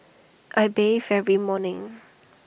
I bathe every morning